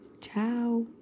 ciao